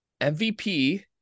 MVP